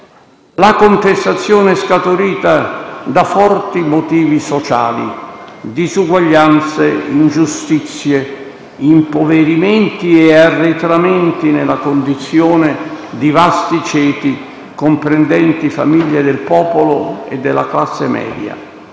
La contestazione è scaturita da forti motivi sociali: disuguaglianze, ingiustizie, impoverimenti e arretramenti nella condizione di vasti ceti comprendenti famiglie del popolo e della classe media.